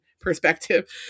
perspective